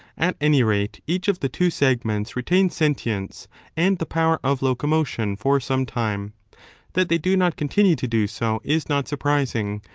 at any rate, each of the two segments retains sentience and the power of locomotion for some time that they do not continue to do so is not surprising,